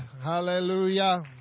Hallelujah